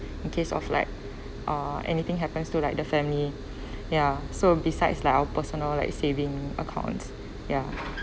in case of like uh anything happens to like the family ya so besides lah our personal like saving accounts